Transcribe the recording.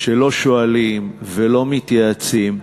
שלא שואלים ולא מתייעצים,